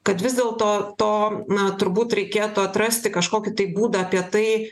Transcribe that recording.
kad vis dėlto to na turbūt reikėtų atrasti kažkokį tai būdą apie tai